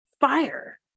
fire